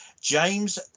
James